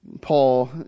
Paul